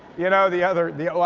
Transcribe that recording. you know, the other, the,